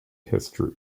history